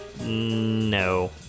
No